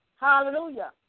Hallelujah